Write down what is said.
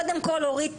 קודם כל אורית,